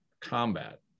combat